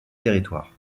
territoire